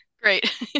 great